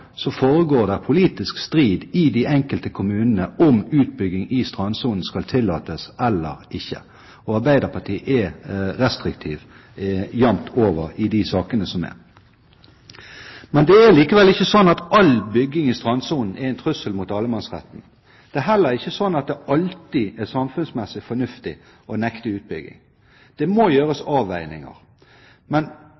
foregår det politisk strid i de enkelte kommunene om utbygging i strandsonen skal tillates eller ikke. Arbeiderpartiet er restriktivt jevnt over i de sakene som er. Det er likevel ikke slik at all bygging i strandsonen er en trussel mot allemannsretten. Det er heller ikke slik at det alltid er samfunnsmessig fornuftig å nekte utbygging, det må gjøres